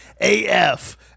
AF